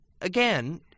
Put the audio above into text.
again